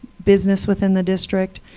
business within the district,